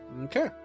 Okay